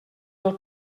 del